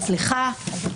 אצלך,